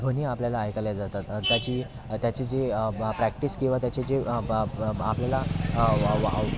ध्वनी आपल्याला ऐकायला येत जातात आणि त्याची त्याची जी ब प्रॅक्टिस किंवा त्याची जी आपल्याला